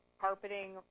carpeting